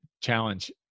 challenge